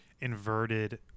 inverted